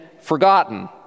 forgotten